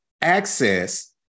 access